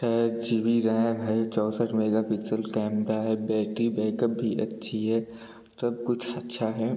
छः G B RAM है चौसठ मेगापिक्सल कैमरा है बैटरी बैकप भी अच्छी है सबकुछ अच्छा है